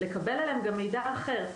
לקבל עליהם גם מידע אחר,